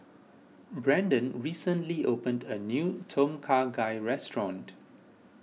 Brandon recently opened a new Tom Kha Gai restaurant